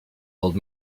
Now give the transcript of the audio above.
old